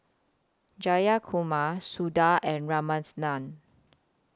Jayakumar Suda and